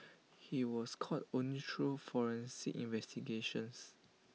he was caught only through forensic investigations